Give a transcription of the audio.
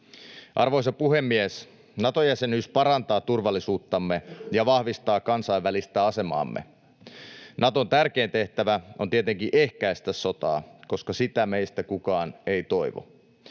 Arvoisa puhemies! Nato-jäsenyys parantaa turvallisuuttamme ja vahvistaa kansainvälistä asemaamme. Naton tärkein tehtävä on tietenkin ehkäistä sotaa, koska sitä meistä kukaan ei toivo.